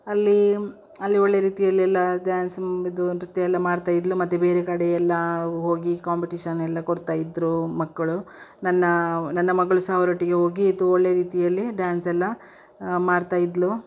ಅಲ್ಲಿ ಅಲ್ಲಿ ಒಳ್ಳೆಯ ರೀತಿಯಲ್ಲೆಲ್ಲ ಡ್ಯಾನ್ಸ್ ಇದು ನೃತ್ಯ ಎಲ್ಲ ಮಾಡ್ತಾ ಇದ್ಳು ಮತ್ತು ಬೇರೆ ಕಡೆ ಎಲ್ಲಾ ಹೋಗಿ ಕಾಂಬಿಟೀಷನ್ ಎಲ್ಲ ಕೊಡ್ತಾ ಇದ್ದರು ಮಕ್ಕಳು ನನ್ನ ನನ್ನ ಮಗಳು ಸಹ ಅವ್ರೊಟ್ಟಿಗೆ ಹೋಗಿ ತು ಒಳ್ಳೆಯ ರೀತಿಯಲ್ಲಿ ಡ್ಯಾನ್ಸ್ ಎಲ್ಲ ಮಾಡ್ತಾ ಇದ್ಳು